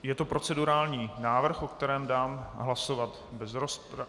Je to procedurální návrh, o kterém dám hlasovat bez rozpravy.